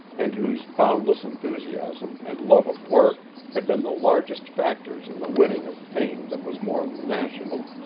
and whose boundless enthusiasm and love of work had been the largest factors in the winning of fame that was more than national.